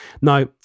Now